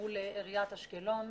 מול עיריית אשקלון.